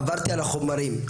עברתי על החומרים,